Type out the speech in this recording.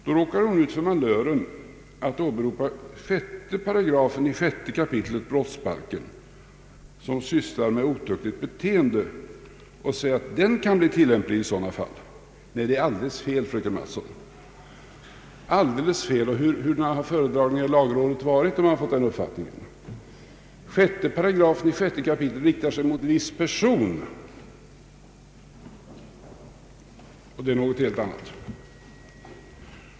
Då råkar hon ut för malören att åberopa 6 § 6 kap. i brottsbalken, som handlar om otuktigt beteende, och säger att den kan bli tillämplig i sådana fall. Det är alldeles fel, fröken Mattson. Hurudan har föredragningen i lagutskottet varit om fröken Mattson fått den uppfattningen? 6 § 6 kap. riktar sig mot viss person, vilket är något helt annat.